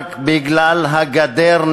ורק בגלל הגדר,